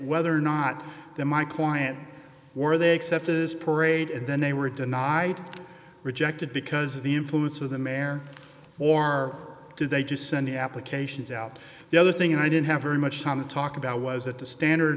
whether or not they're my client or they accepted this parade and then they were denied rejected because the influence of the mayor or do they just send the applications out the other thing and i didn't have very much time to talk about was that the standard